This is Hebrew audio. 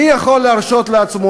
מי יכול להרשות לעצמו,